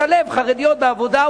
לשלב חרדיות בעבודה,